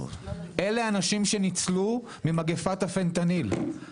אלה אנשים שניצלו ממגפת הפנטניל.